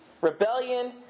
rebellion